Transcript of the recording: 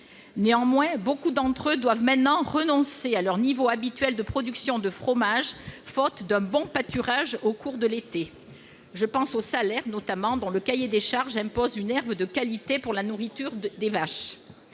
Néanmoins, beaucoup d'entre eux doivent maintenant renoncer à leur niveau habituel de production de fromages, faute d'un bon pâturage au cours de l'été. Je pense au Salers, notamment, dont le cahier des charges impose une herbe de qualité pour la nourriture des vaches.